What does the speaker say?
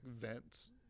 vents